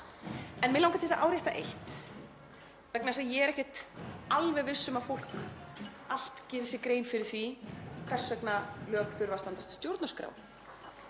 En mig langar til að árétta eitt vegna þess að ég er ekkert alveg viss um að fólk geri sér allt grein fyrir því hvers vegna lög þurfa að standast stjórnarskrá.